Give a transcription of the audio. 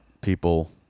people –